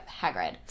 Hagrid